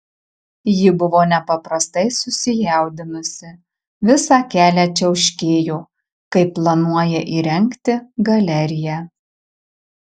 ji buvo nepaprastai susijaudinusi visą kelią čiauškėjo kaip planuoja įrengti galeriją